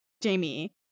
Jamie